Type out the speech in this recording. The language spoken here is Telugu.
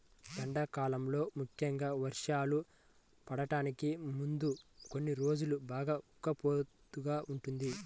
ఎండాకాలంలో ముఖ్యంగా వర్షాలు పడటానికి ముందు కొన్ని రోజులు బాగా ఉక్కపోతగా ఉంటుంది